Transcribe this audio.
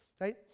Right